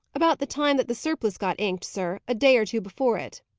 about the time that the surplice got inked, sir a day or two before it.